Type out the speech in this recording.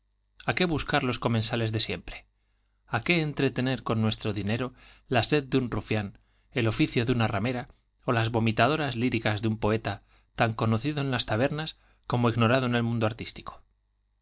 con a qué buscar los comensales de siempre a qué entretener con nuestro dinero la sed de u rufián el oficio de una ramera ó las vomitaduras líricas de un poeta tan conocido en las tabernas como ignorado en el mundo artístico